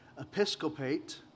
episcopate